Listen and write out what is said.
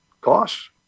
costs